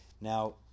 Now